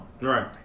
Right